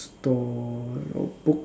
store your books